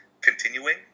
continuing